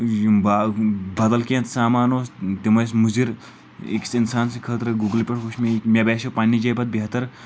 یِم با ہُم بدل کینٛہہ سامان اوس تِم ٲسۍ مُزر أکِس انسان سٕنٛدِ خٲطرٕ گُگلہٕ پٮ۪ٹھ وُچھ مےٚ یہِ مےٚ باسیٚو پننہِ جایہِ پتہٕ یہِ بہتر